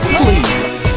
please